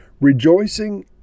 Rejoicing